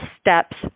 steps